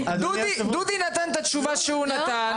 דודי נתן את התשובה שהוא נתן,